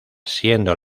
siendo